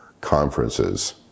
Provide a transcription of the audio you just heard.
conferences